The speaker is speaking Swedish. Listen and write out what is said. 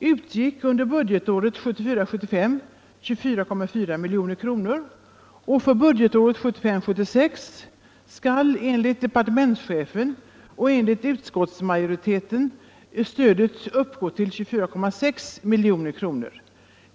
uppgick budgetåret 1974 76 enligt departementschefen och utskottsmajoriteten uppgå till 24,6 milj.kr.